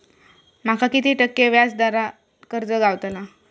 माका किती टक्के व्याज दरान कर्ज गावतला?